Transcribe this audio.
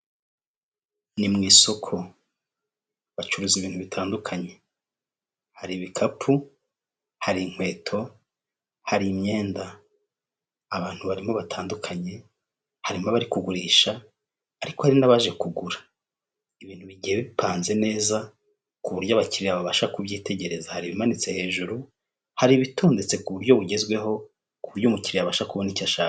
Ni mu isoko bacuruza ibintu bitandukanye hari ibikapu, hari inkweto, hari imyenda abantu barimo batandukanye harimo bari kugurisha ariko hari n'abaje kugura ibintu bigiye bipanze neza ku buryo abakiriya babasha kubyitegereza hari ibimanitse hejuru, hari ibitondetse ku buryo bugezweho ku buryo umukiriya abasha kubona icyo ashaka.